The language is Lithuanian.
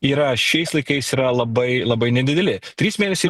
yra šiais laikais yra labai labai nedideli trys mėnesiai